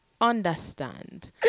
understand